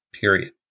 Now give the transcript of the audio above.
Period